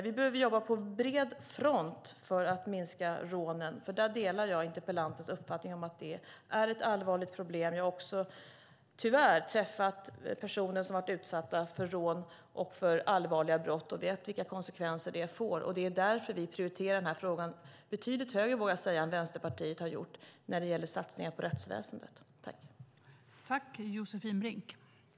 Vi behöver jobba på bred front för att minska rånen. Jag delar interpellantens uppfattning att de är ett allvarligt problem. Jag har tyvärr också träffat personer som varit utsatta för rån och allvarliga brott och vet vilka konsekvenser det får. Vi prioriterar den här frågan betydligt högre än Vänsterpartiet har gjort när det gäller satsningar på rättsväsendet, vågar jag säga.